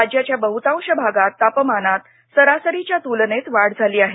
राज्याच्या बहुतांश भागात तापमानात सरासरीच्या तुलनेत वाढ झाली आहे